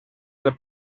del